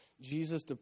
Jesus